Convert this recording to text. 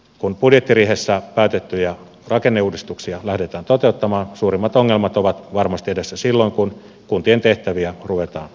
kun budjettiriihessä päätettyjä rakenneuudistuksia lähdetään toteuttamaan suurimmat ongelmat ovat varmasti edessä silloin kun kuntien tehtäviä ruvetaan karsimaan